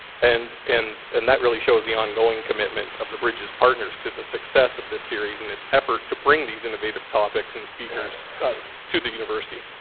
and and and that really shows the ongoing commitment of the bridges partners to the success of the series in its effort to bring these innovative topics and speakers to the university